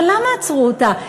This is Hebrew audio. אבל למה עצרו אותה?